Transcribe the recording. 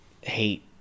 hate